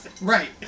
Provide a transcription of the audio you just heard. right